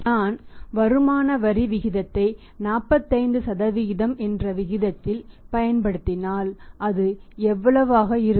நான் வருமான வரி விகிதத்தை 45 என்ற விகிதத்தில் பயன்படுத்தினால் அது எவ்வளவாக இருக்கும்